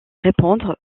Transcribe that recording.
répondre